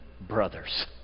brothers